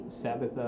Sabbath